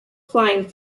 flying